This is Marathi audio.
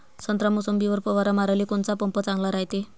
संत्रा, मोसंबीवर फवारा माराले कोनचा पंप चांगला रायते?